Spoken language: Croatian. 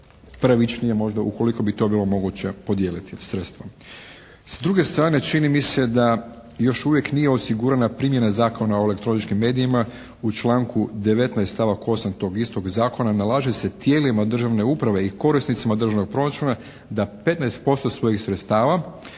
pravičnije možda ukoliko bi to bilo moguće podijeliti sredstva. S druge strane čini mi se da još uvijek nije osigurana primjena Zakona o elektroničkim medijima. U članku 19. stavak 8. tog istog Zakona nalaže se tijelima državne uprave i korisnicima državnog proračuna da 15% svojih sredstava,